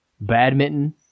badminton